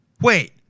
wait